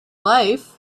life